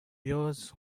yours